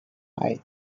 hei